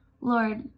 Lord